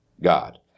God